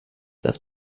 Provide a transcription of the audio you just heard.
das